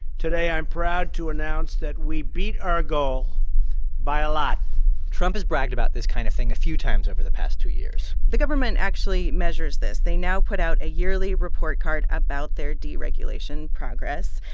today, i'm proud to announce that we beat our goal by a lot trump has bragged about this kind of thing a few times over the past two years the government actually measures this. they now put out a yearly report card about their deregulation progress.